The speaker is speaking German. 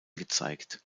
gezeigt